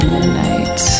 Midnight